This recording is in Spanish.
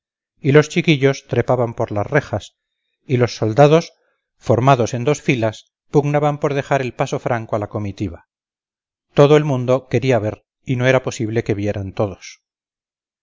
y los chiquillos trepaban por las rejas y los soldados formados en dos filas pugnaban por dejar el paso franco a la comitiva todo el mundo quería ver y no era posible que vieran todos